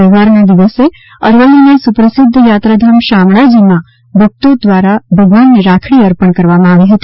રક્ષાબંધનના પવિત્ર તહેવારના દિવસે અરવલ્લીના સુપ્રસિદ્ધ યાત્રાધામ શામળાજી માં ભક્તો દ્વારા ભગવાન ને રાખડી અર્પણ કરવામાં આવી હતી